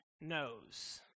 knows